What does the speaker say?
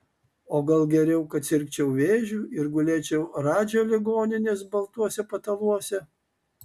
o gal geriau kad sirgčiau vėžiu ir gulėčiau radžio ligoninės baltuose pataluose